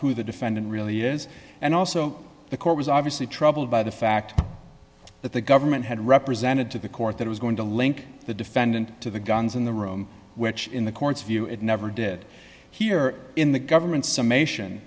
who the defendant really is and also the court was obviously troubled by the fact that the government had represented to the court that was going to link the defendant to the guns in the room which in the court's view it never did here in the government's summation